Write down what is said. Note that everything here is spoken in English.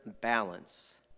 balance